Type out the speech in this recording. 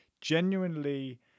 genuinely